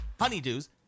Honeydews